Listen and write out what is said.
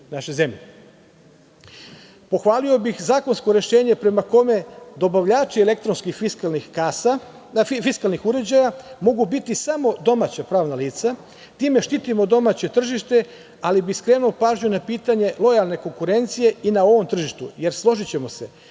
naše zemlje. Pohvalio bih zakonsko rešenje prema kome dobavljači elektronskih i fiskalnih uređaja mogu biti samo domaća pravna lica, time štitimo domaće tržište ali bih skrenuo pažnju i na pitanje lojalne konkurencije i na ovom tržištu, jer složićemo se,